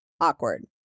Awkward